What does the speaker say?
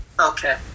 okay